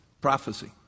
Prophecy